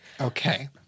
Okay